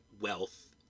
wealth